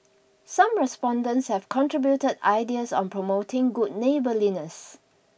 some respondents have contributed ideas on promoting good neighborliness